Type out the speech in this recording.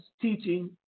teaching